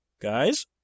guys